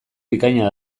bikaina